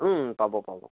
পাব পাব